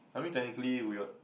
I mean technically we are